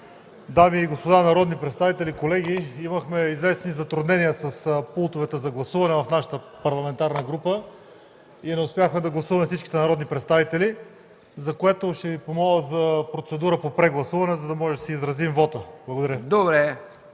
дами и господа народни представители, колеги! Имахме известни затруднения с пултовете за гласуване в нашата парламентарна група и не успяхме да гласуваме всичките народни представители. Ще Ви помоля за процедура по прегласуване, за да можем да си изразим вота. Благодаря.